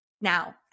now